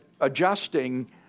adjusting